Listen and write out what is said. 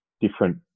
different